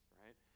right